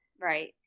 Right